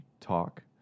talk